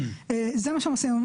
זה מה שהם עושים.